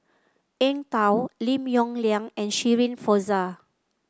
Eng Tow Lim Yong Liang and Shirin Fozdar